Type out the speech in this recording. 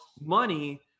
money